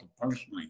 personally